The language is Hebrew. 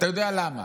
אתה יודע למה?